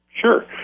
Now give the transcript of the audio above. Sure